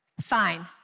fine